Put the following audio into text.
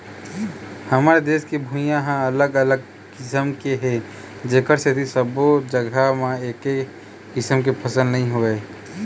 हमर देश के भुइंहा ह अलग अलग किसम के हे जेखर सेती सब्बो जघा म एके किसम के फसल नइ होवय